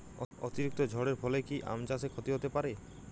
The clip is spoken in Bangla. অতিরিক্ত ঝড়ের ফলে কি আম চাষে ক্ষতি হতে পারে?